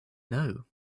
know